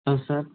hello sir